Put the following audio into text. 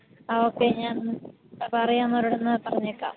ആഹ് okay ഞാനൊന്ന് അപ്പം അറിയാവുന്നവരോടൊന്ന് പറഞ്ഞേക്കാം